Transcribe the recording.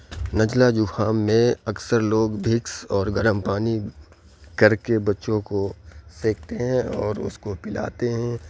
نزلہ زُخام میں اکثر لوگ وکس اور گرم پانی کر کے بچوں کو سیکتے ہیں اور اس کو پلاتے ہیں